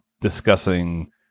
discussing